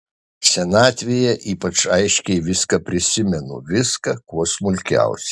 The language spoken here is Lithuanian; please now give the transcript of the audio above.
senatvėje ypač aiškiai viską prisimenu viską kuo smulkiausiai